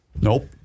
Nope